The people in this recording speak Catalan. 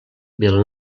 vila